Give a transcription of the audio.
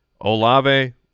Olave